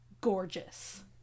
gorgeous